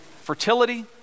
Fertility